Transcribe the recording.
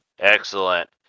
Excellent